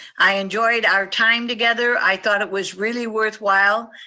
i enjoyed our time together. i thought it was really worthwhile.